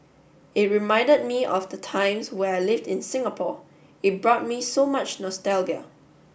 it reminded me of the times where I lived in Singapore it brought me so much nostalgia